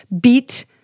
beat